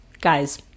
Guys